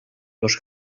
dos